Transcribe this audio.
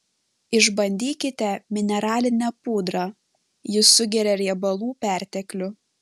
išbandykite mineralinę pudrą ji sugeria riebalų perteklių